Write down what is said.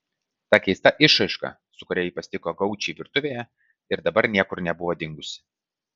ta keista išraiška su kuria ji pasitiko gaučį virtuvėje ir dabar niekur nebuvo dingusi